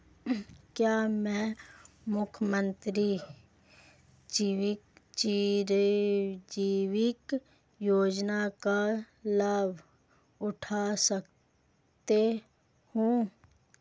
क्या मैं मुख्यमंत्री चिरंजीवी योजना का लाभ उठा सकता हूं?